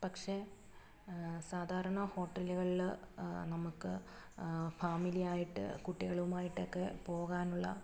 പക്ഷേ സാധാരണ ഹോട്ടലുകളിൽ നമുക്ക് ഫാമിലിയായിട്ട് കുട്ടികളുമായിട്ടൊക്കെ പോകാനുള്ള